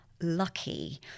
lucky